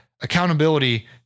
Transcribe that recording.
accountability